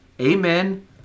amen